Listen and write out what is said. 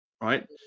Right